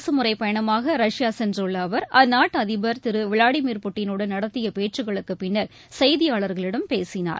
அரசுமுறை பயணமாக ரஷ்யா சென்றுள்ள அவர் அந்நாட்டு அதிபர் திரு விளாடிமிர் புட்டினுடன் நடத்திய பேச்சுக்களுக்கு பின்னர் செய்தியாளர்களிடம் அவர் பேசினார்